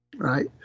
Right